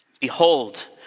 Behold